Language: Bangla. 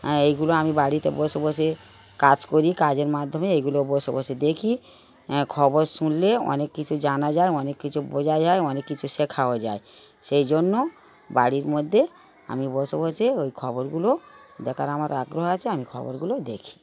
হ্যাঁ এইগুলো আমি বাড়িতে বসে বসে কাজ করি কাজের মাধ্যমে এইগুলো বসে বসে দেখি খবর শুনলে অনেক কিছু জানা যায় অনেক কিছু বোঝা যায় অনেক কিছু শেখাও যায় সেই জন্য বাড়ির মধ্যে আমি বসে বসে ওই খবরগুলো দেখার আমার আগ্রহ আছে আমি খবরগুলো দেখি